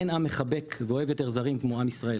אין עם מחבק ואוהב יותר זרים כמו עם ישראל,